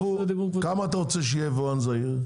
כמה אתה רוצה שיהיה יבואן זעיר?